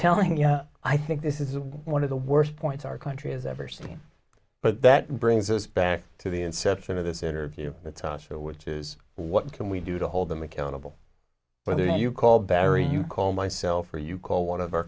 telling you i think this is one of the worst points our country has ever seen but that brings us back to the inception of this interview the times for which is what can we do to hold them accountable whether you call battery you call myself or you call one of our